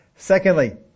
Secondly